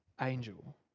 angel